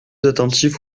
attentif